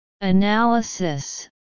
Analysis